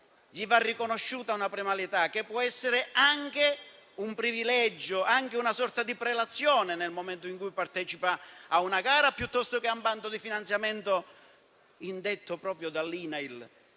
va riconosciuta una premialità, che può essere anche un privilegio, una sorta di prelazione nel momento in cui partecipa a una gara o a un bando di finanziamento indetto proprio dall'INAIL